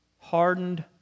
hardened